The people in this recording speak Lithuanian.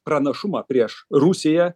pranašumą prieš rusiją